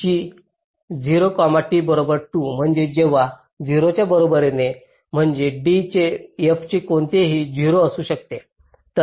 g 0 t बरोबर 2 म्हणजे जेव्हा 0 च्या बरोबरीने म्हणजे d आणि f चे कोणीही 0 असू शकते